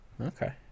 okay